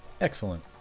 Excellent